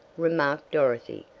remarked dorothy,